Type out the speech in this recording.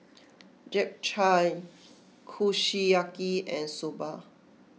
Japchae Kushiyaki and Soba